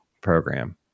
program